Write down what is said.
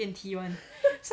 电梯 [one] so